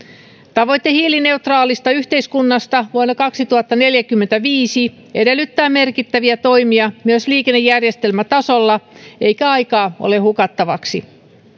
tavoite hiilineutraalista yhteiskunnasta vuonna kaksituhattaneljäkymmentäviisi edellyttää merkittäviä toimia myös liikennejärjestelmätasolla eikä aikaa ole hukattavaksi